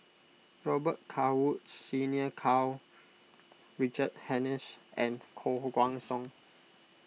Robet Carr Woods Senior Karl Richard Hanitsch and Koh Guan Song